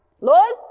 Lord